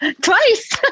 twice